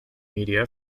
media